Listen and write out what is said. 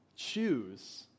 Choose